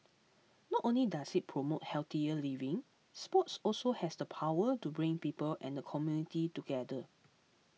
not only does it promote healthier living sports also has the power to bring people and the community together